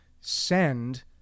send